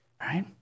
right